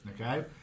okay